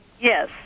Yes